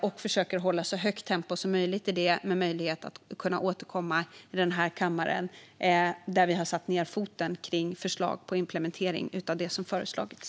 Vi försöker att hålla ett så högt tempo som möjligt i det, med möjlighet att återkomma till kammaren när vi har satt ned foten i det som har föreslagits.